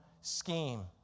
scheme